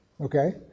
Okay